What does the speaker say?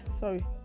sorry